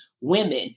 women